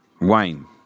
Wine